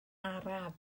araf